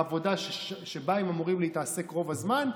בעבודה שבה הם אמורים להתעסק רוב הזמן,